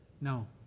No